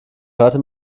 hörte